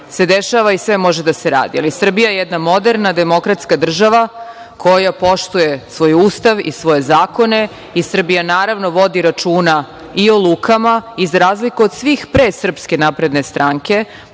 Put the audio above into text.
se dešava i sve može da se radi. Srbija je jedna moderna demokratska država koja poštuje svoj Ustav i svoje zakone i Srbija, naravno, vodi računa i o lukama i za razliku od svih pre SNS, dakle Vlada